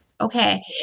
Okay